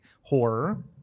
horror